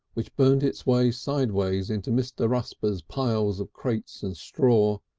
which burnt its way sideways into mr. rusper's piles of crates and straw,